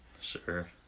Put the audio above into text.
Sure